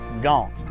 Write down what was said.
gone.